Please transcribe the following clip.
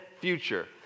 future